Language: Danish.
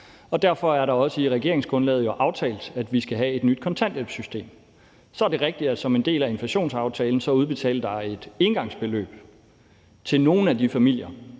derfor er der jo også i regeringsgrundlaget aftalt, at vi skal have et nyt kontanthjælpssystem. Så er det rigtigt, at der som en del af inflationsaftalen udbetales et engangsbeløb til nogle af de familier,